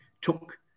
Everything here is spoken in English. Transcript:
took